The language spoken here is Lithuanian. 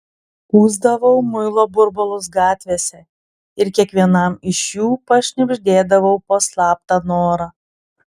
pūsdavau muilo burbulus gatvėse ir kiekvienam iš jų pašnibždėdavau po slaptą norą